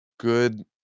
good